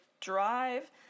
drive